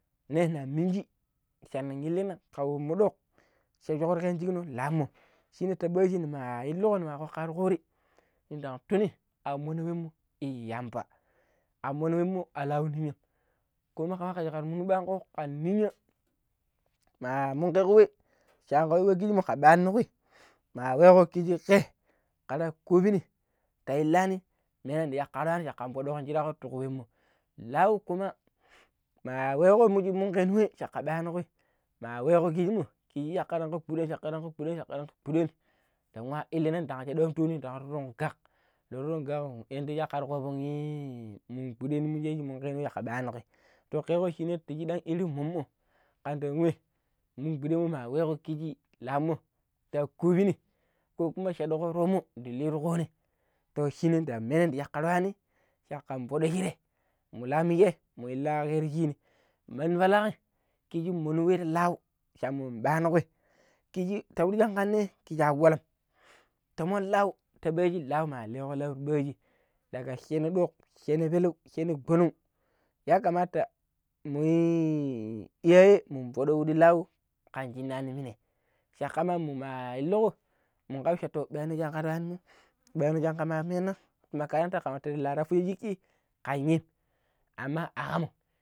ne na minji Cha nilligna karu mudok sherunkungina lammo shi ne ta ɓaiji nema illuko nema kokko nwaru kuri nin ndan tuni an munu wenimu yamba an mono wemmo awolem kuma kakko ƙar lu ɓangko lau ninya ma munkee ko we shanka yu wemmo shanka ɗani kui ma weƙo ke ke kare kubiini to illaani nayishir jaranja kabodenjirago tuko wemmo lau kuma ma weko muji mukanui cakka gɓanikwi ma weko muji mo kijakalanga pulenshakalanga pulenshakalanga pulen ndan nwa illina shaɗɗu anɗooni tang turun gak yanda shokar koovon man gɓuɗei mije shi munke ni we cakka ɓana kui keko shiɗam irin momma kandon we nong mun gɓuɗe muma ɓaano kuiji la mo ta kubini kokuma shedu ro̱mo ndi Lii ti kuni shine ndan meno kokko cakkar Fuɗon shirai mu La-miji mu illo kero shini mandi pala righi kiji mono we ti lau shamu ɓano kui kiji ti piɗi ji kan ne kiji a walam tomon Lau ta ɓeji lau me leeko lau ɓaaji matan yu shene ɗok shene peleu shene gɓonoog yakamata iyaye mu foɗɗo wuɗilau kan shinaani minei cokka ma mo lnluko munka shatur yuani mo kama lnlina yuani mo kama mena me karanta kalaru pushi jiki kainim aman agamo.